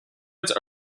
its